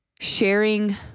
sharing